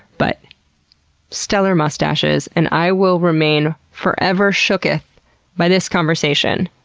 but stellar mustaches, and i will remain forever shooketh by this conversation.